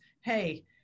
hey